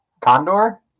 Condor